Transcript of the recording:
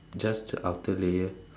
just the outer layer